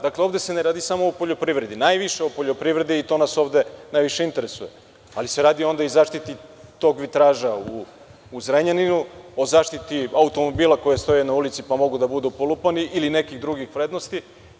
Dakle, ovde se ne radi samo o poljoprivredi, najviše o poljoprivredi, jer nas to najviše interesuje, ali se radi i o zaštiti tog vitraža u Zrenjaninu, o zaštiti automobila koji stoje na ulici, pa mogu da budu polupani ili nekih drugih vrednosti.